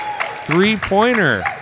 Three-pointer